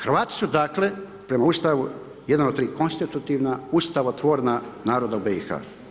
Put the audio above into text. Hrvati su dakle, prema ustavu jedan od tri konstitutivna ustavotvorna naroda u BiH.